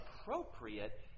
appropriate